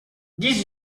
dix